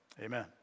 Amen